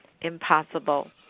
impossible